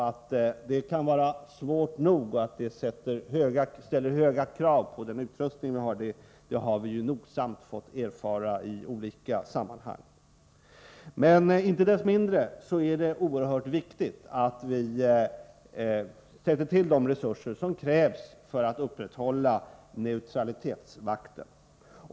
Att det kan vara svårt nog och att det ställer höga krav på den utrustning vi har har vi nogsamt fått erfara i olika sammanhang. Inte desto mindre är det oerhört viktigt att vi satsar de resurser som krävs för neutralitetsvakten.